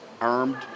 armed